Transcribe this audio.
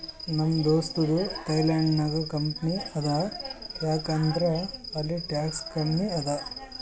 ನಮ್ ದೋಸ್ತದು ಥೈಲ್ಯಾಂಡ್ ನಾಗ್ ಕಂಪನಿ ಅದಾ ಯಾಕ್ ಅಂದುರ್ ಅಲ್ಲಿ ಟ್ಯಾಕ್ಸ್ ಕಮ್ಮಿ ಅದಾ